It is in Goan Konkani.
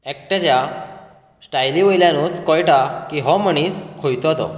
एकट्याच्या स्टाइयली वयल्यानुच कळटा की हो मनीस खंयचो तो